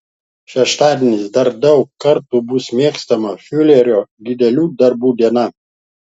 šeštadienis dar daug kartų bus mėgstama fiurerio didelių darbų diena